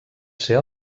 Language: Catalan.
ser